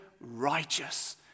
righteous